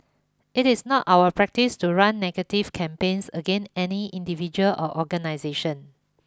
it is not our practice to run negative campaigns again any individual or organisation